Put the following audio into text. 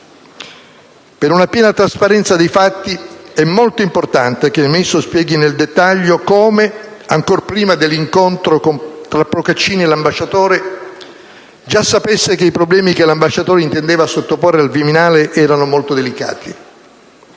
Per una piena trasparenza dei fatti è molto importante che il Ministro spieghi nel dettaglio come, ancor prima dell'incontro tra Procaccini e l'ambasciatore, già sapesse che i problemi che l'ambasciatore intendeva sottoporre al Viminale erano molto delicati.